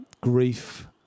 grief